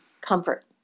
comfort